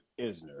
Isner